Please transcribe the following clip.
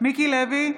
מיקי לוי,